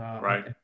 Right